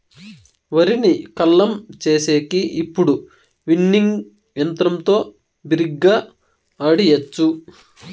వరిని కల్లం చేసేకి ఇప్పుడు విన్నింగ్ యంత్రంతో బిరిగ్గా ఆడియచ్చు